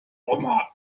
oma